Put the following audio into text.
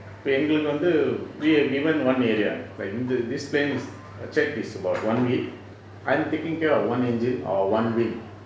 இப்ப எங்களுக்கு வந்து:ippa engaluku vanthu we are given one area இந்த:intha this plane check is about one week I'm taking care of one engine or one wing